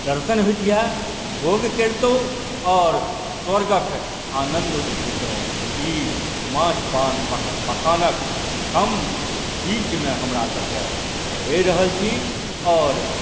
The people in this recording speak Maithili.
दर्शन होइतिहे भोग करितहुँ आओर स्वर्गक आनन्द उठबितहुँ ई माछ पान मखानक हम बीचमे हमरासभकेँ रहि रहल छी आओर